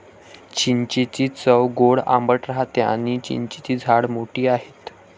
चिंचेची चव गोड आंबट राहते आणी चिंचेची झाडे मोठी आहेत